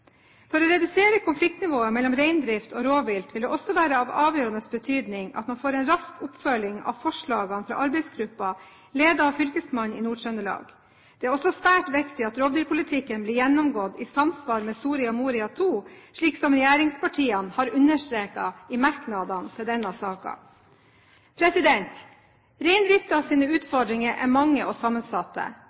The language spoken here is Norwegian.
For å redusere konfliktnivået mellom reindrift og rovvilt vil det også være av avgjørende betydning at man får en rask oppfølging av forslagene fra arbeidsgruppen ledet av fylkesmannen i Nord-Trøndelag. Det er også svært viktig at rovdyrpolitikken blir gjennomgått i samsvar med Soria Moria II, slik som regjeringspartiene har understreket i merknadene til denne saken. Reindriftens utfordringer er mange og sammensatte,